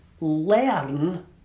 learn